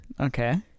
Okay